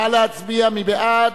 נא להצביע, מי בעד?